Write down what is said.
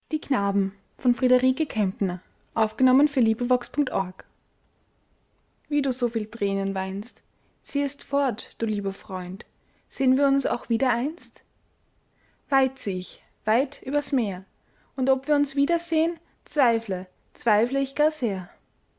wie du so viel tränen weinst ziehest fort du lieber freund seh'n wir uns auch wieder einst weit zieh ich weit über's meer und ob wir uns wiederseh'n zweifle zweifle ich gar sehr